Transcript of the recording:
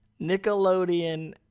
Nickelodeon